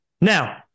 Now